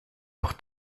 noch